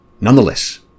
Nonetheless